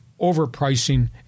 overpricing